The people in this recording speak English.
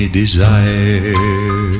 desire